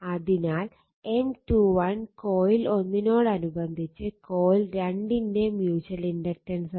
അതിനാൽ M21 coil 1 നോടനുബന്ധിച്ച് coil 2 ന്റെ മ്യൂച്വൽ ഇൻഡക്റ്റൻസ്